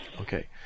Okay